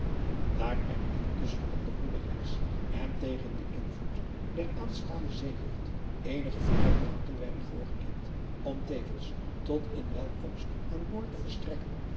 daar er intusschen op de goede reis en tegen den invloed der aanstaande zeelucht eenige fijne dranken werden voorgediend om tevens tot een welkomst aan boord te verstrekken